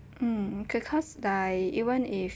mm because like even if